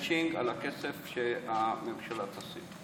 מצ'ינג על הכסף שהממשלה תשים.